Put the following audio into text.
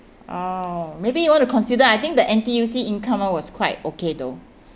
oh maybe you want to consider I think the N_T_U_C income one was quite okay though